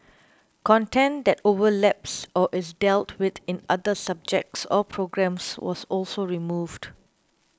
content that overlaps or is dealt with in other subjects or programmes was also removed